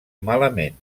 malament